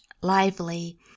lively